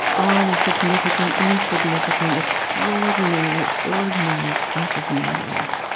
all the significant, insignificant, extraordinary, ordinary stuff of my life.